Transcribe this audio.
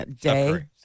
Day